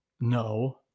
No